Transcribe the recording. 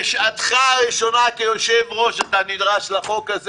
בשעתך הראשונה כיושב-ראש אתה נדרש לחוק הזה